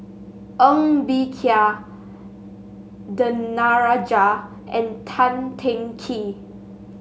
Ng Bee Kia Danaraj and Tan Teng Kee